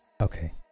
Okay